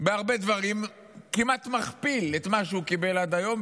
בהרבה דברים כמעט מכפיל את מה שהוא קיבל עד היום.